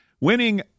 winning